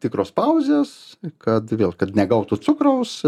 tikros pauzės kad vėl kad negautų cukraus